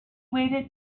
waited